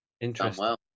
Interesting